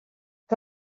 que